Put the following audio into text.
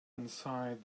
inside